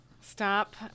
Stop